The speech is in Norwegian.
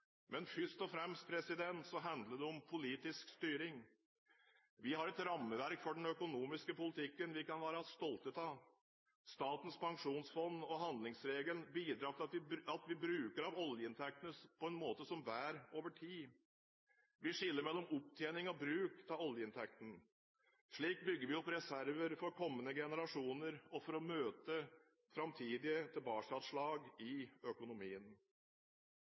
Men først og fremst handler det om politisk styring. Vi har et rammeverk for den økonomiske politikken vi kan være stolte av. Statens pensjonsfond og handlingsregelen bidrar til at vi bruker av oljeinntektene på en måte som bærer over tid. Vi skiller mellom opptjening og bruk av oljeinntektene. Slik bygger vi opp reserver for kommende generasjoner og for å møte fremtidige tilbakeslag i økonomien.